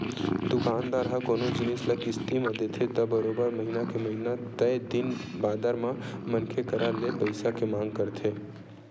दुकानदार ह कोनो जिनिस ल किस्ती म देथे त बरोबर महिना के महिना तय दिन बादर म मनखे करा ले पइसा के मांग करथे